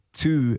two